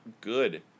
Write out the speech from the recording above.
good